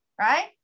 right